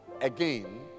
Again